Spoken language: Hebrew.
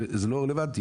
זה לא רלוונטי.